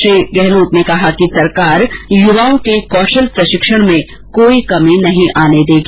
उन्होंने कहा कि सरकार युवाओं के कौशल प्रशिक्षण में कोई कमी नहीं आने देगी